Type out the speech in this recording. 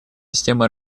системы